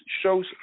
shows